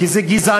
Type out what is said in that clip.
כי זו גזענות,